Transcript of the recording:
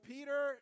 Peter